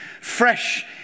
fresh